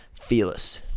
fearless